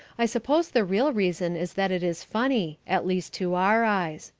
i suppose the real reason is that it is funny, at least to our eyes.